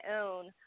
own